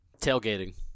Tailgating